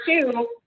two